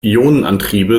ionenantriebe